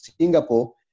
Singapore